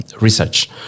research